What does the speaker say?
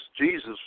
Jesus